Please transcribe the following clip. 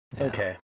Okay